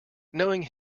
knowing